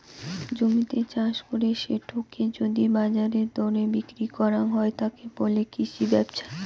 জমিতে চাষ করে সেটোকে যদি বাজারের দরে বিক্রি করাং হই, তাকে বলে কৃষি ব্যপছা